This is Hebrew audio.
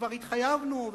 וכבר התחייבנו,